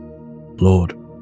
Lord